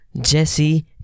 Jesse